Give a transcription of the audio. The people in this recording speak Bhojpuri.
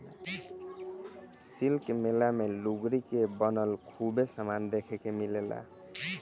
शिल्प मेला मे लुगरी के बनल खूबे समान देखे के मिलेला